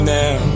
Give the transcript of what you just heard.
now